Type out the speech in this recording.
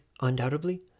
undoubtedly